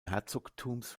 herzogtums